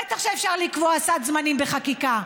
בטח שאפשר לקבוע סד זמנים בחקיקה.